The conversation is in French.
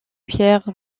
pierre